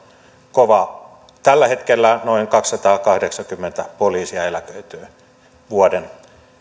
kova tällä hetkellä noin kaksisataakahdeksankymmentä poliisia eläköityy vuoden